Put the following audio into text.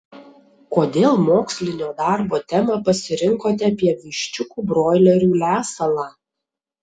kodėl mokslinio darbo temą pasirinkote apie viščiukų broilerių lesalą